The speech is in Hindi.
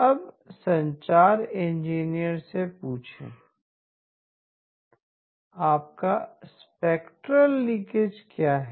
अब संचार इंजीनियर से पूछें आपका स्पेक्ट्रेल लीकेज क्या है